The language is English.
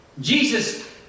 Jesus